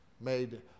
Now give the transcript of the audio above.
made